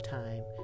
time